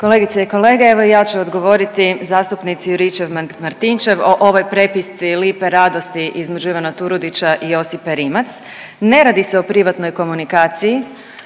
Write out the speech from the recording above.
Kolegice i kolege, evo ja ću odgovoriti zastupnici Juričev Martinčev o ovoj prepisci lipe radosti između Ivana Turudića i Josipe Rimac. Ne radi se o privatnoj komunikaciji,